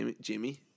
Jimmy